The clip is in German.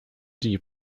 die